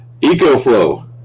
EcoFlow